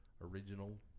original